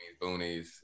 boonies